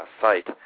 site